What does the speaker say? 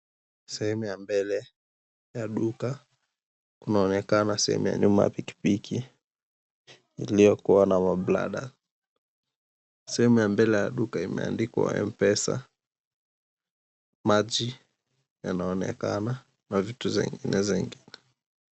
Sehemu ya mbele ya duka. Kunaonekana sehemu ya nyuma ya pikipiki iliyokuwa na ma bladder . Sehemu ya mbele ya duka imeandikwa "M-Pesa". Maji yanaonekana na vitu zingine zingine.